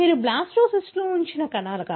మీరు బ్లాస్టోసిస్ట్లో ఉంచిన కణాలు